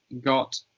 got